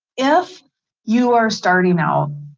if you are starting out,